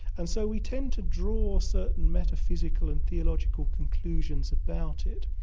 and so we tend to draw certain metaphysical and theological conclusions about it.